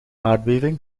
aardbeving